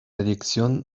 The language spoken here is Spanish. dirección